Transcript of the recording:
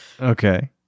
Okay